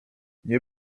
nie